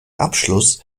abschluss